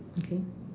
okay